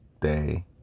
day